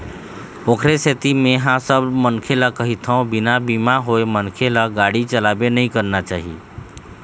ओखरे सेती मेंहा सब मनखे ल कहिथव बिना बीमा होय मनखे ल गाड़ी चलाबे नइ करना चाही